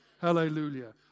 Hallelujah